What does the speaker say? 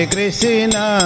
Krishna